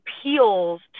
appeals